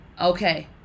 Okay